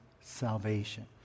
salvation